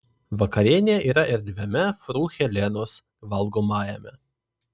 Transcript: vakarienė yra erdviame fru helenos valgomajame